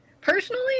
personally